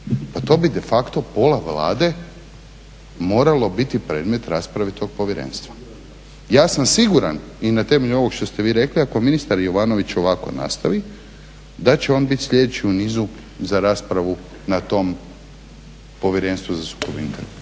pa to bi de facto pola Vlade moralo biti predmet rasprave tog povjerenstva. Ja sam siguran i na temelju ovog što ste vi rekli, ako ministar Jovanović ovako nastavi da će on biti sljedeći u nizu za raspravu na tom povjerenstvu za sukob